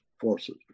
Forces